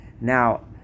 Now